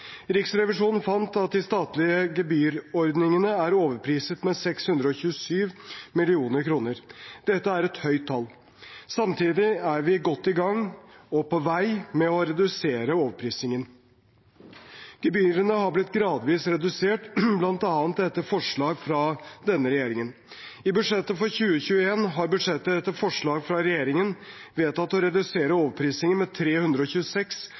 Riksrevisjonen fant at de statlige gebyrordningene er overpriset med 627 mill. kr. Dette er et høyt tall. Samtidig er vi godt i gang og på vei med å redusere overprisingen. Gebyrene har blitt gradvis redusert, bl.a. etter forslag fra denne regjeringen. I budsjettet for 2021 har man etter forslag fra regjeringen vedtatt å redusere overprisingen med 326